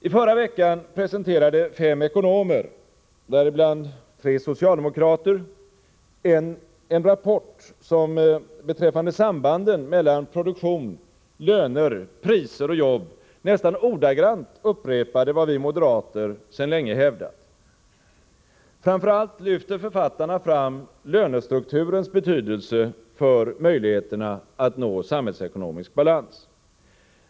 I förra veckan presenterade fem ekonomer, däribland tre socialdemokrater, en rapport som beträffande sambanden mellan produktion, löner, priser och jobb nästan ordagrant upprepade vad vi moderater sedan länge hävdat. Framför allt lyfter författarna fram lönestrukturens betydelse för möjligheterna att nå samhällsekonomisk balans.